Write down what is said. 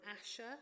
Asher